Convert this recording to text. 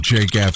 Jake